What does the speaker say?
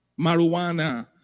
Marijuana